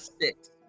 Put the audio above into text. six